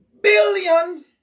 billion